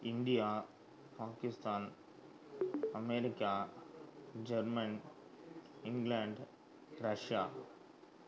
India Pakistan America German England Russia